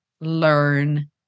learn